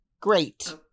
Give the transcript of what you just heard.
great